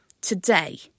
Today